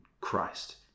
Christ